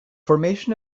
formation